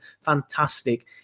fantastic